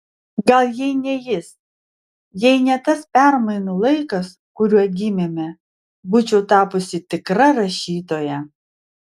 gal jei ne jis jei ne tas permainų laikas kuriuo gimėme būčiau tapusi tikra rašytoja